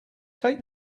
take